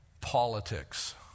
politics